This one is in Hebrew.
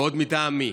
ועוד מטעם מי?